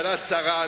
תשמע,